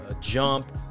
jump